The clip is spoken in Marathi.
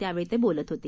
त्यावेळी ते बोलत होते